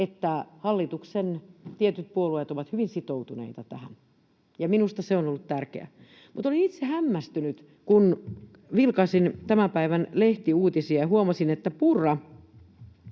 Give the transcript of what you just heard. tietyt hallituksen puolueet ovat hyvin sitoutuneita tähän, ja minusta se on ollut tärkeää. Mutta hämmästyin itse, kun vilkaisin tämän päivän lehtiuutisia ja huomasin, että Purra,